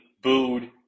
booed